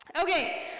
Okay